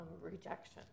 rejection